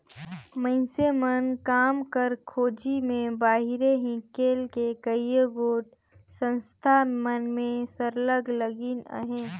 मइनसे मन काम कर खोझी में बाहिरे हिंकेल के कइयो गोट संस्था मन में सरलग लगिन अहें